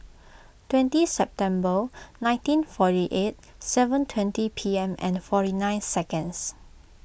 twenty September nineteen forty eight seven twenty P M and forty nine seconds